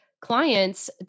clients